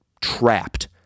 trapped